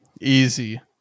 Easy